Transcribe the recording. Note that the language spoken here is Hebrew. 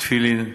תפילין,